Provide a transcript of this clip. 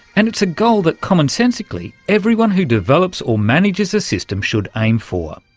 and it's a goal that commonsensically everyone who develops or manages a system should aim for.